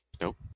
Nope